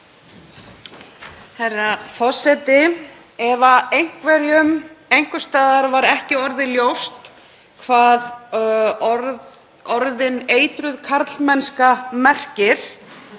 Herra forseti. Ef einhverjum einhvers staðar var ekki orðið ljóst hvað orðin eitruð karlmennska merkja